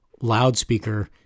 loudspeaker